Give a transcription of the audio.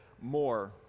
more